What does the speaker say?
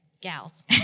gals